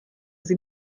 sie